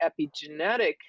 epigenetic